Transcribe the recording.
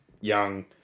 young